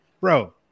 Bro